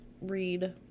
read